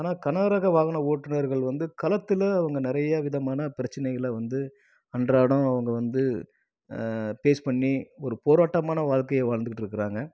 ஆனால் கனரக வாகன ஓட்டுநர்கள் வந்து களத்தில் அவங்க நிறைய விதமான பிரச்சனைகளை வந்து அன்றாடம் அவங்க வந்து பேஸ் பண்ணி ஒரு போராட்டமான வாழ்க்கையை வாழ்ந்துக்கிட்டுருக்கிறாங்க